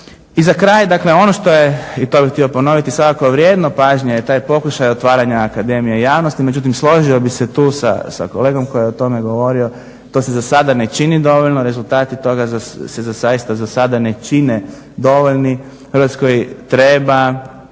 I za kraj dakle ono što je, i to bih htio ponoviti, svakako vrijedno pažnje je taj pokušaj otvaranja akademije javnosti, međutim složio bih se tu sa kolegom koji je o tome govorio, to se za sada ne čini dovoljno, rezultati toga se zaista za sada ne čine dovoljni. Hrvatskoj treba